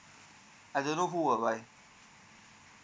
I don't know who will buy